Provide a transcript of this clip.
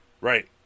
Right